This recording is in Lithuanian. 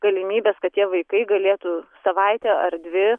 galimybes kad tie vaikai galėtų savaitę ar dvi